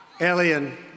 alien